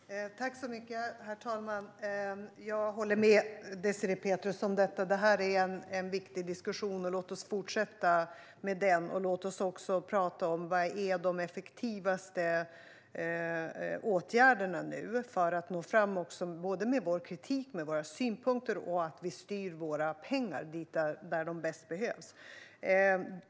Herr talman! Jag håller med Désirée Pethrus om detta. Det här är en viktig diskussion. Låt oss fortsätta med den, och låt oss också tala om vilka de effektivaste åtgärderna nu är för att nå fram med såväl vår kritik som våra synpunkter och för att styra våra pengar dit de bäst behövs.